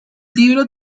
libro